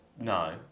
No